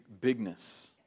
bigness